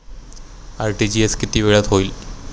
RTGS किती वेळात होईल?